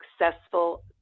successful